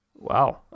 Wow